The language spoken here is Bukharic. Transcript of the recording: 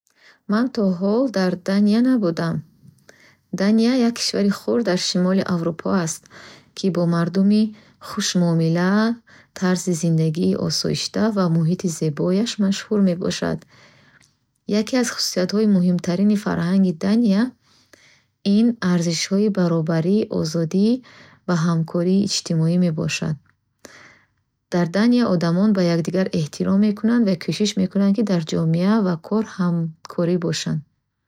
Ман то ҳол дар Дания набудам, вале фарҳанги ин кишвари Аврупо барои ман хеле ҷолиб аст. Дания як кишвари хурд дар шимоли Аврупо аст, ки бо мардумони хушмуомила, тарзи зиндагии осоишта ва муҳити зебоаш машҳур мебошад. Яке аз хусусиятҳои муҳимтарини фарҳанги Дания ин арзишҳои баробарӣ, озодӣ ва ҳамкории иҷтимоӣ мебошанд. Дар Дания одамон ба якдигар эҳтиром мекунанд ва кӯшиш мекунанд, ки дар ҷомеа ва кор ҳамкорӣ кунанд.